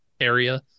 area